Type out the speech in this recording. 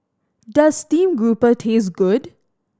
does stream grouper taste good